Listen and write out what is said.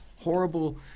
horrible